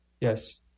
yes